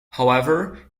however